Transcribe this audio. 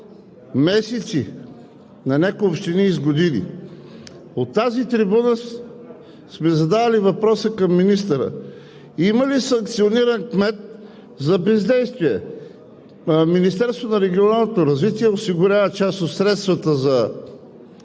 месеци, на някои общини и с години. От тази трибуна сме задавали въпроса към министъра: има ли санкциониран кмет за бездействие? Министерството на регионалното развитие осигурява част от средствата за